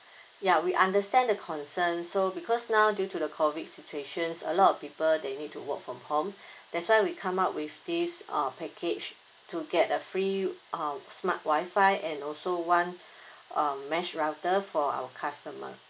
ya we understand the concerns so because now due to the COVID situations a lot people they need to work from home that's why we come up with this uh package to get a free uh smart WI-FI and also one um mesh router for our customer